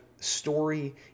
story